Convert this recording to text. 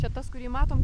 čia tas kurį matom